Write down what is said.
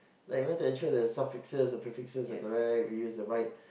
like you want to ensure the suffixes the prefixes are correct we used to write